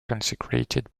consecrated